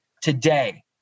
today